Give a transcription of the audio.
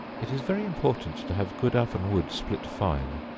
it is very important to have good oven wood split fine,